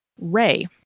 Ray